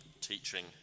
teaching